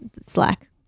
Slack